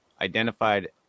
identified